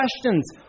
questions